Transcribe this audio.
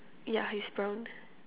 yeah he's brown